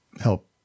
help